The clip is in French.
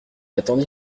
attendu